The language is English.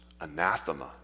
anathema